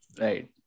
Right